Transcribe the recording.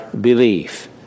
belief